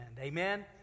Amen